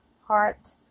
Heart